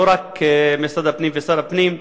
ולא רק משרד הפנים ושר הפנים,